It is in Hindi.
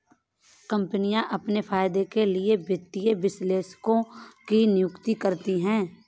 कम्पनियाँ अपने फायदे के लिए वित्तीय विश्लेषकों की नियुक्ति करती हैं